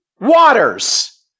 waters